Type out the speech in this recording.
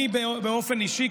אני באופן אישי,